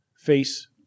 face